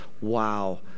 Wow